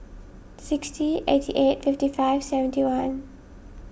sixty eighty eight fifty five seventy one